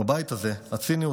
בבית הזה הציניות,